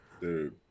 dude